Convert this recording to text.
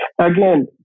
Again